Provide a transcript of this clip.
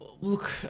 Look